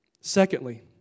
Secondly